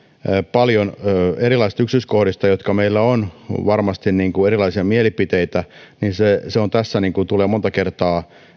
paljon erilaisista yksityiskohdista joista meillä on varmasti erilaisia mielipiteitä ja se tulee tässä monta kertaa